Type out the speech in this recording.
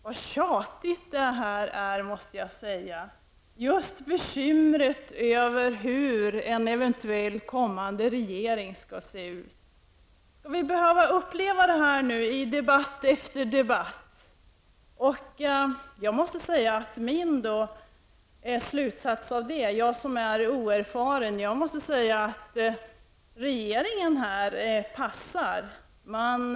Vad tjatigt detta bekymmer över hur en eventuell kommande regering skall se ut! Skall vi behöva höra detta tjat nu i debatt efter debatt? Jag som är oerfaren drar slutsatsen att regeringen ligger lågt.